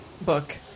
book